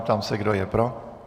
Ptám se, kdo je pro?